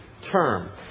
term